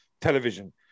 television